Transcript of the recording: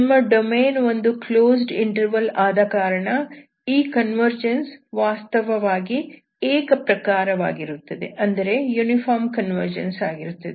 ನಿಮ್ಮ ಡೊಮೇನ್ ಒಂದು closed interval ಆದಕಾರಣ ಈ ಕನ್ವರ್ಜನ್ಸ್ ವಾಸ್ತವವಾಗಿ ಏಕಪ್ರಕಾರ ವಾಗಿರುತ್ತದೆ